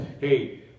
hey